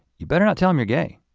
you better not tell them you're gay